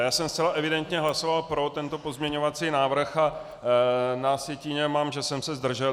Já jsem zcela evidentně hlasoval pro tento pozměňovací návrh a na sjetině mám, že jsem se zdržel.